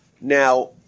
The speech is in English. Now